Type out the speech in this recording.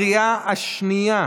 השנייה.